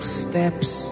steps